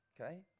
Okay